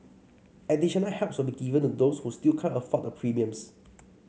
additional helps will be given to those who still can't afford the premiums